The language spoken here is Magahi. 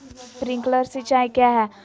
प्रिंक्लर सिंचाई क्या है?